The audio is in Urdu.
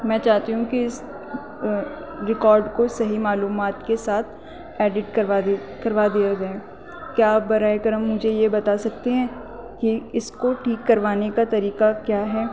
میں چاہتی ہوں کہ اس ریکارڈ کو صحیح معلومات کے ساتھ ایڈٹ کروا دے کروا دیا جائے کیا آپ برائے کرم مجھے یہ بتا سکتے ہیں کہ اس کو ٹھیک کروانے کا طریقہ کیا ہے